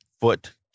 foot